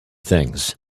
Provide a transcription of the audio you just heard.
things